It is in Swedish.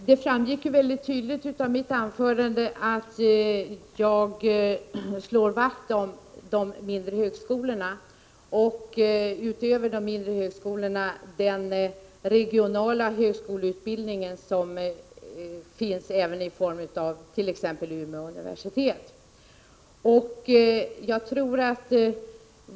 Fru talman! Det framgick tydligt av mitt anförande att jag slår vakt om de mindre högskolorna och utöver dem den regionala högskoleutbildningen som finns även i form av t.ex. Umeå universitet.